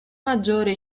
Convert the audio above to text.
maggiore